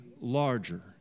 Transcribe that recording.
larger